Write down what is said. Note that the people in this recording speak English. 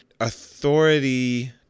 authority